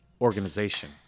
organization